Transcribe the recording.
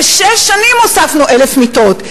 לשש שנים הוספנו 1,000 מיטות.